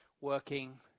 working